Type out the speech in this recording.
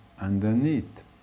underneath